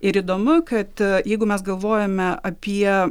ir įdomu kad jeigu mes galvojame apie